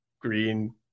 green